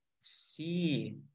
see